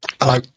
Hello